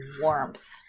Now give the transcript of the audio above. warmth